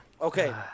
Okay